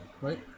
right